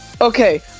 Okay